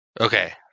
Okay